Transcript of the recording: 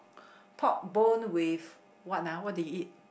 pork bone with what ah what did you eat